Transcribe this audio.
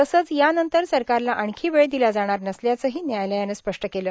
तसंच यानंतर सरकारला आणखी वेळ दिला जाणार नसल्याचंही न्यायालयानं स्पष्ट केलं